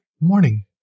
morning